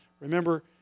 Remember